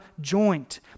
joint